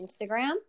instagram